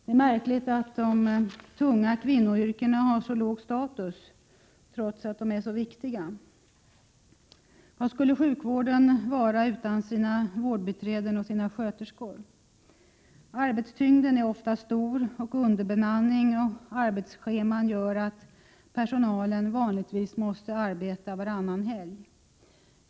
Det är märkligt att de tunga kvinnoyrkena har så låg status. De är ju ändå så viktiga. Vad skulle sjukvården vara utan vårdbiträdena och sköterskorna? Arbetstyngden är ofta stor, och underbemanning och arbetsscheman gör att personalen vanligtvis måste arbeta varannan helg.